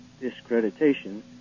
discreditation